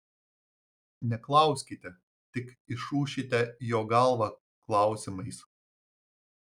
neklauskite tik išūšite jo galvą klausimais